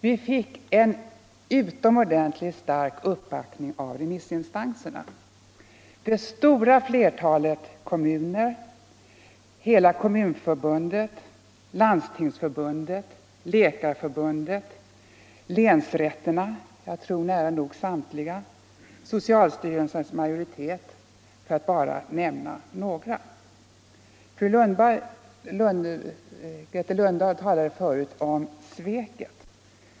Vi fick en utomordentligt stark uppbackning av remissinstanserna: det stora flertalet kommuner, hela Kommunförbundet, Landstingsförbundet, Läkarförbundet, nära nog samtliga länsrätter, socialstyrelsens majoritet, för att bara nämna några. Fru Grethe Lundblad talade förut om sveket.